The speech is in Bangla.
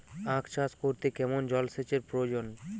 আখ চাষ করতে কেমন জলসেচের প্রয়োজন?